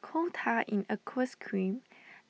Coal Tar in Aqueous Cream